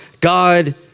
God